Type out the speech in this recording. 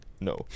no